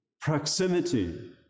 proximity